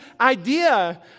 idea